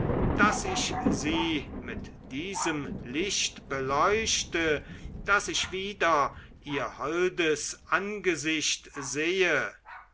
daß ich sie mit diesem licht beleuchte daß ich wieder ihr holdes angesicht sehe